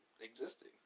existing